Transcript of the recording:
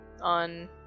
on